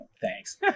Thanks